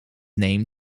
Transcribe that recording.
name